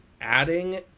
adding